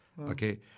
Okay